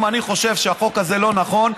אם אני חושב שהחוק הזה לא נכון,